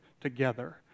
together